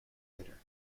later